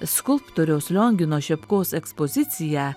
skulptoriaus liongino šepkos ekspoziciją